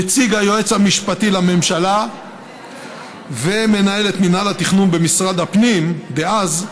נציג היועץ המשפטי לממשלה ומנהלת מינהל התכנון במשרד הפנים דאז,